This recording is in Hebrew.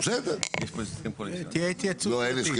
יש פה הסכם קואליציוני?